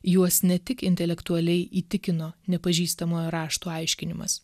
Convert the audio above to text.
juos ne tik intelektualiai įtikino nepažįstamojo raštų aiškinimas